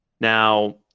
Now